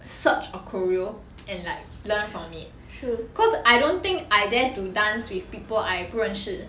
search a chereo and like learn from cause I don't think I dare to dance with people I 不认识